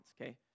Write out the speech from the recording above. okay